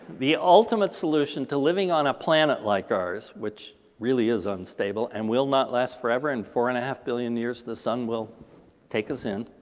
the ultimate solution to living on a planet like ours, which really is unstable and will not last forever in four and a half billion years, the sun will take us in